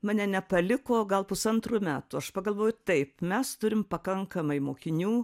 mane nepaliko gal pusantrų metų aš pagalvojau taip mes turim pakankamai mokinių